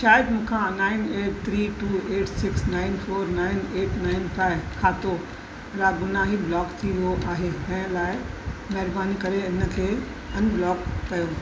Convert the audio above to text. शायदि मूंखां nine eight three two eight six nine four nine eight nine five खातो रागुनाही ब्लॉक थी वियो आहे तंहिं लाइ महिरबानी करे इन खे अनब्लॉक कयो